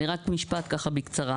רק אגיד בקצרה.